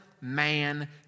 man